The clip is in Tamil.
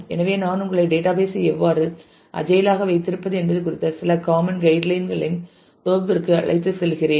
எனவே நான் உங்களை டேட்டாபேஸ் ஐ எவ்வாறு அஜய்ல் ஆக வைத்திருப்பது என்பது குறித்த சில காமன் கைடுலைன் களின் தொகுப்பிற்கு அழைத்துச் செல்கிறேன்